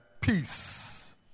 Peace